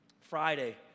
Friday